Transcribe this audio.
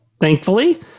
thankfully